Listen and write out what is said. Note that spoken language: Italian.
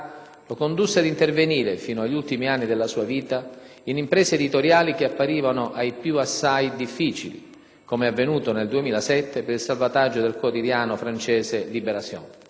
lo condusse ad intervenire, fino agli ultimi anni della sua vita, in imprese editoriali che apparivano ai più assai difficili, com'è avvenuto nel 2007, per il salvataggio del quotidiano francese «*Libération*».